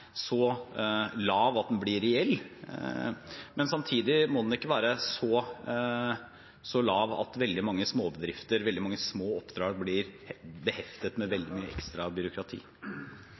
så lav at den blir reell, men samtidig må den ikke være så lav at veldig mange småbedrifter, veldig mange små oppdrag, blir beheftet med ekstra byråkrati.